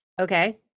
Okay